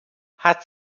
hat